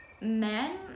men